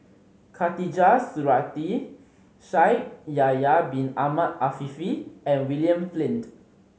Khatijah Surattee Shaikh Yahya Bin Ahmed Afifi and William Flint